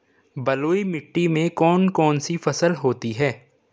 बलुई मिट्टी में कौन कौन सी फसल होती हैं?